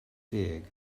deg